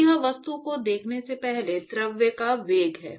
तो यह वस्तु को देखने से पहले द्रव का वेग है